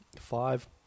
five